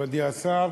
מכובדי השר,